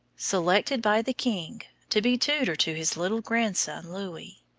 selected by the king to be tutor to his little grandson louis.